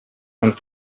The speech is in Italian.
non